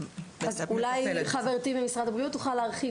אולי חברתי ממשרד הבריאות תוכל להרחיב